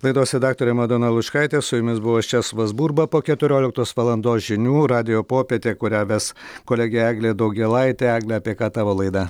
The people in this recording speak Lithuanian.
laidos redaktorė madona lučkaitė su jumis buvau aš česlovas burba po keturioliktos valandos žinių radijo popietė kurią ves kolegė eglė daugėlaitė egle apie ką tavo laida